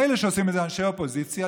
מילא שעושים את זה אנשי אופוזיציה.